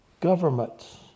governments